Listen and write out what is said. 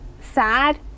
sad